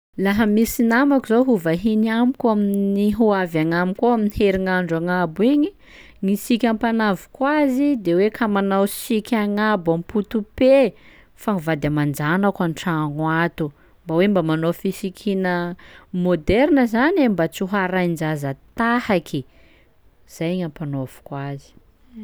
Laha misy namako zao ho vahiny amiko amin'ny ho avy agn'amiko ao amin'ny herignandro agnabo igny, ny siky ampanaoviko azy de hoe ka manao siky agnabo ampoto-pe fa ny vady aman-janako an-tragno ato, mba hoe mba manao fisikina maoderina zany e mba tsy ho harahin-jaza tahaky, zay gny ampanaoviko azy.